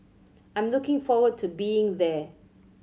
I'm looking forward to being there